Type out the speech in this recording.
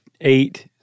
eight